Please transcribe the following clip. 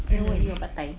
then [what] you want pad thai